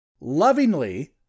lovingly